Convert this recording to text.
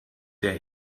der